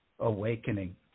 awakening